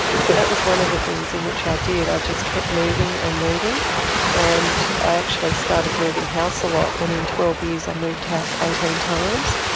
so that was one of the things in which i did, i just kept moving and moving and i actually started moving house a lot and in twelve years i moved house eighteen times.